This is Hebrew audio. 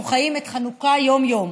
אנחנו חיים את חנוכה יום-יום.